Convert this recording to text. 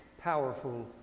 powerful